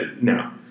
no